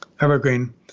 Evergreen